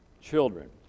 children